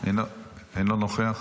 אינו נוכח,